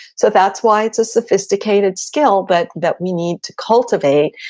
so that's why it's a sophisticated skill but that we need to cultivate.